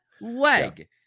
leg